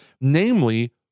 namely